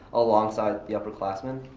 alongside the upperclassmen.